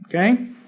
Okay